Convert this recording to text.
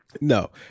No